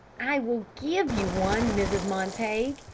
i will give you one, mrs. montague,